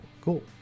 Cool